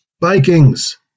Vikings